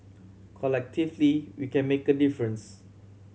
collectively we can make a difference